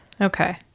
okay